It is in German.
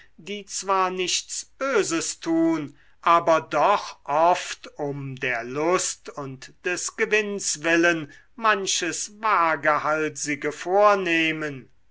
die zwar nichts böses tun aber doch oft um der lust und des gewinns willen manches wagehalsige vornehmen